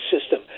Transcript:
system